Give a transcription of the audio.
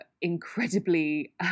incredibly